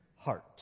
heart